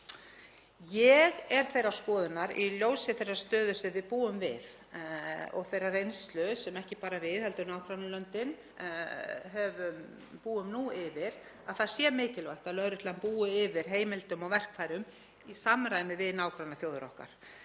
Ég er þeirrar skoðunar, í ljósi þeirrar stöðu sem við búum við og þeirrar reynslu sem ekki bara við heldur nágrannalöndin búum nú yfir, að það sé mikilvægt að lögreglan búi yfir heimildum og verkfærum í samræmi við nágrannaþjóðir okkar